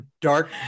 dark